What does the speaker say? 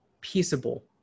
peaceable